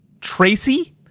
Tracy